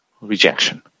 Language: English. rejection